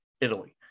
Italy